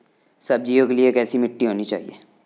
सब्जियों के लिए कैसी मिट्टी होनी चाहिए?